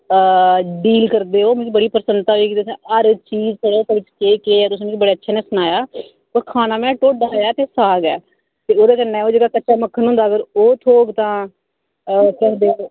deal करदे ओ मिगी बड़ी प्रसन्नता होई कि तुसें हर चीज गी की केह् केह् ऐ तुसें मिगी बड़े अच्छे नै सनाया पर खाना में ढोड्डा ऐ ते साग ऐ ते ओह्दे कन्नै ओह् जेह्का कच्चा मक्खन होंदा तां ओह् ओह् थ्होग तां केह् आखदे